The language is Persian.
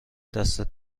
دستت